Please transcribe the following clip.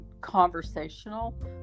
conversational